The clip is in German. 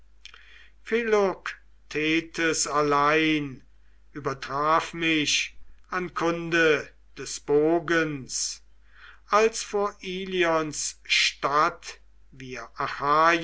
philoktetes allein übertraf mich an kunde des bogens als vor ilions stadt wir